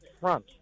front